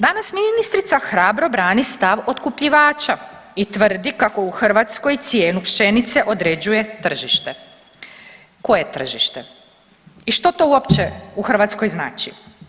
Danas ministrica hrabro brani stav otkupljivača i tvrdi kako u Hrvatskoj cijenu pšenice određuje tržište, koje tržište i što to uopće u Hrvatskoj znači?